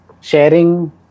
sharing